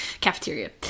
cafeteria